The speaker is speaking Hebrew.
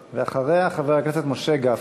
אחריה, חבר הכנסת משה גפני,